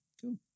cool